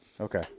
Okay